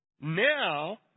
now